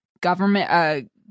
government